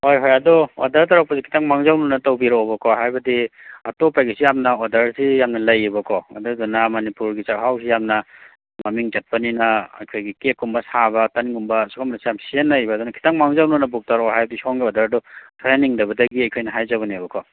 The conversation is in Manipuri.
ꯍꯣꯏ ꯍꯣꯏ ꯑꯗꯣ ꯑꯣꯔꯗꯔ ꯇꯧꯔꯛꯄꯁꯦ ꯈꯤꯇꯪ ꯃꯥꯡꯖꯧꯅꯅ ꯇꯧꯕꯤꯔꯛꯑꯣꯕ ꯀꯣ ꯍꯥꯏꯕꯗꯤ ꯑꯇꯣꯞꯄꯒꯤꯁꯨ ꯌꯥꯝꯅ ꯑꯣꯔꯗꯔꯁꯤ ꯌꯥꯝꯅ ꯂꯩꯑꯕꯀꯣ ꯑꯗꯨꯗꯨꯅ ꯃꯅꯤꯄꯨꯔꯒꯤ ꯆꯥꯛꯍꯥꯎꯁꯦ ꯌꯥꯝꯅ ꯃꯃꯤꯡ ꯆꯠꯄꯅꯤꯅ ꯑꯩꯈꯣꯏꯒꯤ ꯀꯦꯛꯀꯨꯝꯕ ꯁꯥꯕ ꯇꯟꯒꯨꯝꯕ ꯁꯤꯒꯨꯝꯕꯁꯨ ꯌꯥꯝ ꯁꯤꯖꯤꯟꯅꯩꯕ ꯑꯗꯨꯅ ꯈꯤꯇꯪ ꯃꯥꯡꯖꯧꯅꯅ ꯕꯨꯛ ꯇꯧꯔꯛꯑꯣ ꯍꯥꯏꯕꯗꯤ ꯁꯣꯝꯒꯤ ꯑꯣꯔꯗꯔꯗꯣ ꯁꯣꯏꯍꯟꯅꯤꯡꯗꯕꯗꯒꯤ ꯑꯩꯈꯣꯏꯅ ꯍꯥꯏꯖꯕꯅꯦꯕ ꯀꯣ